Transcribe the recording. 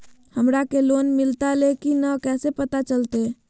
हमरा के लोन मिलता ले की न कैसे पता चलते?